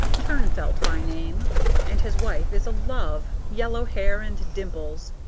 turnfelt by name and his wife is a love, yellow hair and dimples.